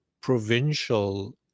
provincial